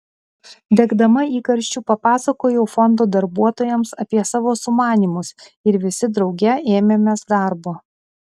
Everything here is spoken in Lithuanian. degdama įkarščiu papasakojau fondo darbuotojams apie savo sumanymus ir visi drauge ėmėmės darbo